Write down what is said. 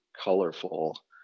colorful